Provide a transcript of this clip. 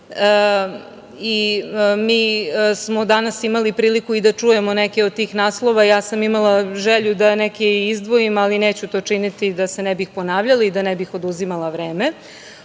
Mi smo danas imali priliku i da čujemo neke od tih naslova. Ja sam imala želju i da neke izdvojim, ali neću to činiti da se ne bih ponavljala i da ne bih oduzimala vreme. Ono